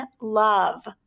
love